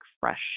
fresh